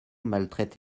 maltraite